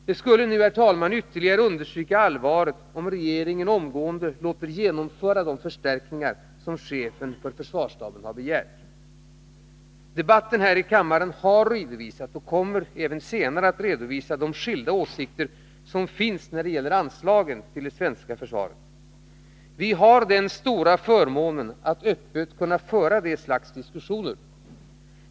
Det skulle nu, herr talman, ytterligare understryka allvaret om regeringen omedelbart lät genomföra de förstärkningar som chefen för försvarsstaben har begärt. Debatten här i kammaren har redovisat, och kommer även senare att redovisa, de skilda åsikter som finns när det gäller anslagen till det svenska försvaret. Vi har den stora förmånen att öppet kunna föra diskussioner av detta slag.